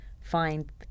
find